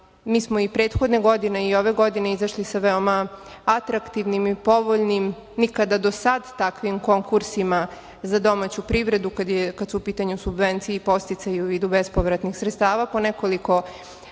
mi smo i prethodne godine i ove godine izašli sa veoma atraktivnim i povoljnim nikada do sada takvim konkursima za domaću privredu, kada su u pitanju subvencije i podsticaji u vidu bespovratnih sredstava, po nekoliko kategorija